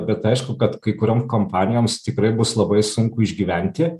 bet aišku kad kai kuriom kompanijoms tikrai bus labai sunku išgyventi